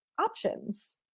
options